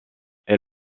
est